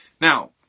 Now